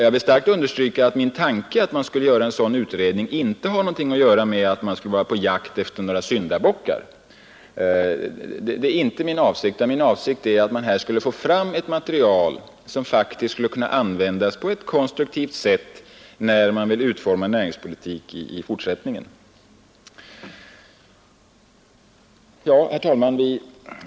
Jag vill starkt understryka att mitt förslag om en sådan utredning inte innebär att man skulle försöka få fram några syndabockar. Min avsikt är att få fram ett material som kan användas på ett konstruktivt sätt när näringspolitik skall utformas i fortsättningen. Herr talman!